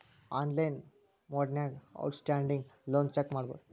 online ಮೊಡ್ನ್ಯಾಗ outstanding loan check ಮಾಡಬೋದು